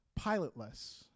pilotless